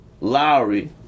Lowry